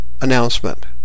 announcement